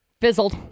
Fizzled